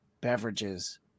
beverages